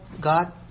God